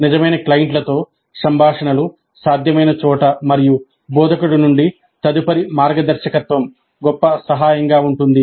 నిజమైన క్లయింట్లతో సంభాషణలు సాధ్యమైన చోట మరియు బోధకుడి నుండి తదుపరి మార్గదర్శకత్వం గొప్ప సహాయంగా ఉంటుంది